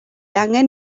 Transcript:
angen